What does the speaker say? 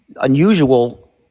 unusual